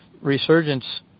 resurgence